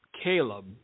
Caleb